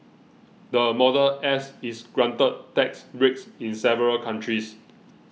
the Model S is granted tax breaks in several countries